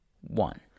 one